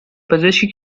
پزشکی